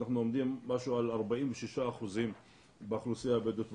אנחנו עומדים על משהו כמו 46% מהאוכלוסייה הבדואית בדרום.